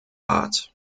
art